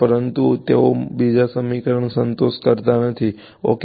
પરંતુ તેઓ બીજા સમીકારણને સંતુષ્ટ કરતા નથી ઓકે